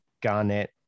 garnett